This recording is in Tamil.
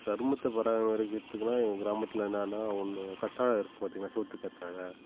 சருமத்தை பராமரிக்கிறத்துக்குனா எங்கள் கிராமத்தில் என்னன்னா ஒன்று கத்தாழை இருக்குது பார்த்திங்களா சோத்துக்கத்தாழை